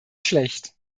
schlecht